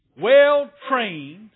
well-trained